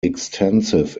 extensive